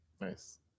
Nice